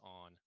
on